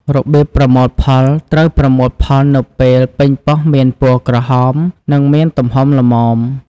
របៀបប្រមូលផល ត្រូវប្រមូលផលនៅពេលប៉េងប៉ោះមានពណ៌ក្រហម និងមានទំហំល្មម។